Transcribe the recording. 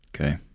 Okay